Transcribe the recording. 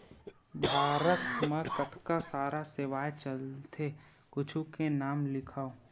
भारत मा कतका सारा सेवाएं चलथे कुछु के नाम लिखव?